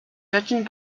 judging